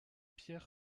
pierre